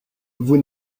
vous